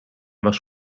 was